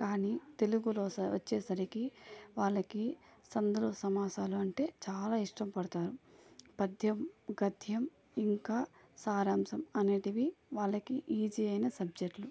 కానీ తెలుగులో వచ్చేసరికి వాళ్ళకి సందులు సమాసాలు అంటే చాలా ఇష్ట పడతారు పద్యం గద్యం ఇంకా సారాంశం అనేవి వాళ్ళకి ఈజీ అయిన సబ్జెక్టులు